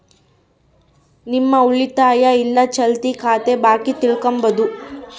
ನಿಮ್ಮ ಉಳಿತಾಯ ಇಲ್ಲ ಚಾಲ್ತಿ ಖಾತೆ ಬಾಕಿ ತಿಳ್ಕಂಬದು